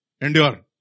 endure